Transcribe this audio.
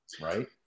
Right